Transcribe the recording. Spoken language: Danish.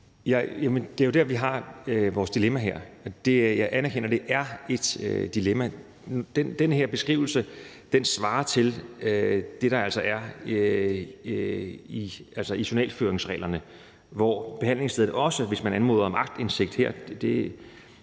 Det er jo der, vores dilemma er her; jeg anerkender, at det er et dilemma. Den her beskrivelse svarer til det, der er i journalføringsreglerne, hvor behandlingsstederne også, hvis der bliver anmodet om aktindsigt,